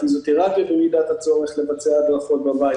פיזיותרפיה במידת הצורך לבצע הדרכות בבית,